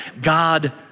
God